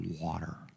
water